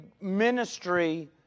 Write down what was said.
ministry